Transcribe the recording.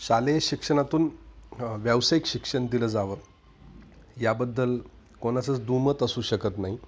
शालेय शिक्षणातून व्यावसायिक शिक्षण दिलं जावं याबद्दल कोणाचंच दुमत असू शकत नाही